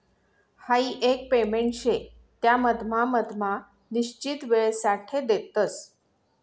हाई एक पेमेंट शे त्या मधमा मधमा निश्चित वेळसाठे देतस